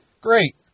Great